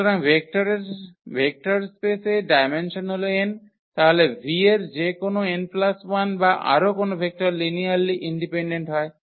সুতরাং ভেক্টরের স্পেসের ডায়মেনসন হল 𝑛 তাহলে V এর যে কোনও 𝑛1 বা আরও কোন ভেক্টর লিনিয়ারলি ডিপেন্ডেন্ট হয়